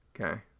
Okay